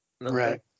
Right